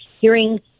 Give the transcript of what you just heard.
hearing